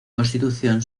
constitución